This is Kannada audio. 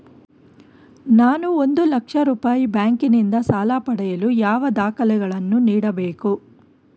ನಾನು ಒಂದು ಲಕ್ಷ ರೂಪಾಯಿ ಬ್ಯಾಂಕಿನಿಂದ ಸಾಲ ಪಡೆಯಲು ಯಾವ ದಾಖಲೆಗಳನ್ನು ನೀಡಬೇಕು?